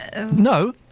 No